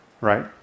right